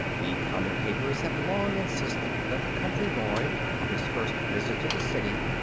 the comic papers have long insisted that the country boy, on his first visit to the city,